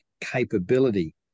capability